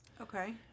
okay